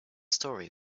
story